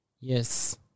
yes